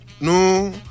no